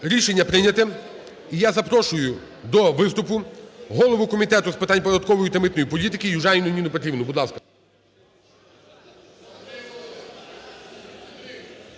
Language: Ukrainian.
Рішення прийняте. І я запрошую до виступу голову Комітету з питань податкової та митної політикиЮжаніну Ніну Петрівну,